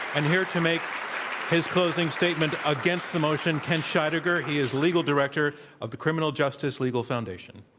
and here to make his closing statement against the motion, kent scheidegger. he is legal director of the criminal justice legal foundation.